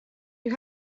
you